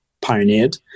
pioneered